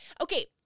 Okay